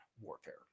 warfare